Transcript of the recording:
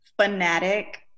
fanatic